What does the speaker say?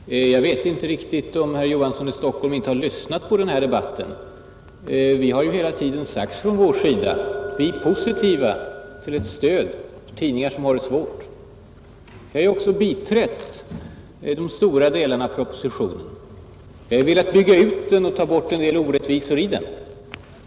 Herr talman! Jag vet inte riktigt om herr Olof Johansson i Stockholm har lyssnat på debatten. Vi har hela tiden sagt att vi är positiva till ett stöd åt tidningar som har det svårt. Vi har också biträtt propositionen i stora delar, men vi har velat bygga ut den och ta bort en del orättvisor ur den.